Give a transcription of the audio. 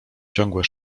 ciągłe